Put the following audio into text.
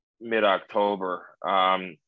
mid-October